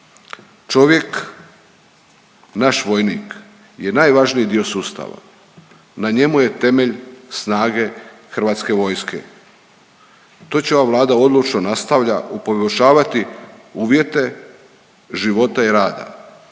Čovjek naš vojnik je najvažniji dio sustava, na temelju je temelj snage hrvatske vojske. To će ova Vlada odlučno nastavlja poboljšavati uvjeti života i rada,